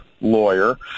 lawyer